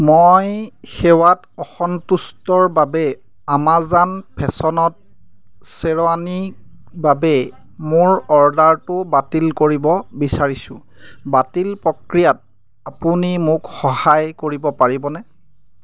মই সেৱাত অসন্তুষ্টৰ বাবে আমাজন ফেশ্বনত শ্বেৰৱানীৰ বাবে মোৰ অৰ্ডাৰটো বাতিল কৰিব বিচাৰিছোঁ বাতিল প্ৰক্ৰিয়াত আপুনি মোক সহায় কৰিব পাৰিবনে